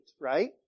right